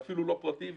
ואפילו לא למפעל פרטי.